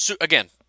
again